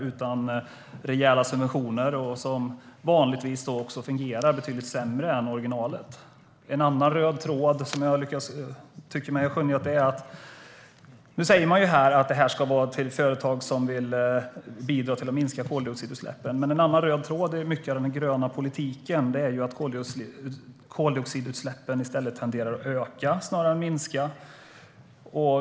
De får rejäla subventioner som vanligtvis fungerar betydligt sämre än originalet. Ytterligare en röd tråd som jag tycker mig skönja är att det ska vara till företag som vill bidra till att minska koldioxidutsläppen. En annan röd tråd i mycket av den gröna politiken är att koldioxidutsläppen tenderar att öka snarare än att minska.